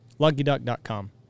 LuckyDuck.com